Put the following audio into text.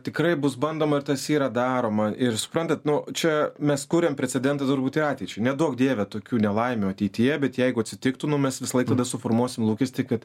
tikrai bus bandoma ir tas yra daroma ir suprantat nu čia mes kuriam precedentą turbūt ateičiai neduok dieve tokių nelaimių ateityje bet jeigu atsitiktų mes visą laiką suformuosim lūkestį kad